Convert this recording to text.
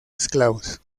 esclavos